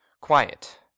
quiet